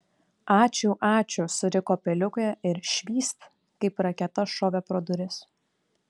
ačiū ačiū suriko peliukė ir švyst kaip raketa šovė pro duris